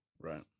Right